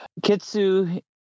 Kitsu